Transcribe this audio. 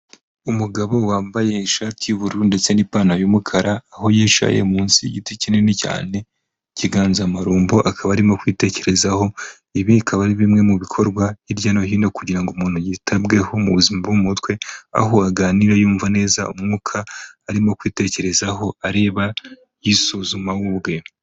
Umugabo wambaye ishati y'ubururu ndetse n'ipantaro y'umukara, aho yicaye munsi y'igiti kinini cyane cy'inganzamarumbo, akaba arimo kwitekerezaho, ibi bikaba ari bimwe mu bikorwa hirya no hino kugira ngo umuntu yitabweho buzima mu mutwe, aho aganira yumva neza umwuka, arimo kwitekerezaho, areba yisuzuma we ubwe.